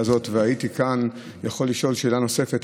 הזאת והייתי יכול כאן לשאול שאלה נוספת,